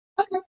okay